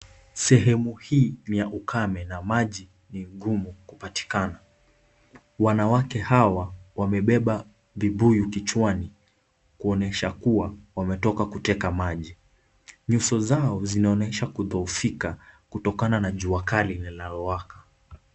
Sehemu hii ni ya ukame na maji ni ngumu kupatikana. Wanawake hawa wamebeba vibuyu kichwani kuonyesha kuwa wametoka kuteka maji. Nyuso zao zinaonyesha kudhoofika kutokana na jua kali linalowaka.